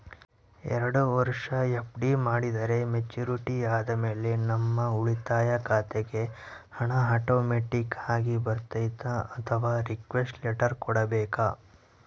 ಎರಡು ವರುಷ ಎಫ್.ಡಿ ಮಾಡಿದರೆ ಮೆಚ್ಯೂರಿಟಿ ಆದಮೇಲೆ ನಮ್ಮ ಉಳಿತಾಯ ಖಾತೆಗೆ ಹಣ ಆಟೋಮ್ಯಾಟಿಕ್ ಆಗಿ ಬರ್ತೈತಾ ಅಥವಾ ರಿಕ್ವೆಸ್ಟ್ ಲೆಟರ್ ಕೊಡಬೇಕಾ?